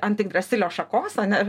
antigrasilio šakos ane